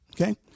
okay